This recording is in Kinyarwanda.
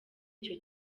icyo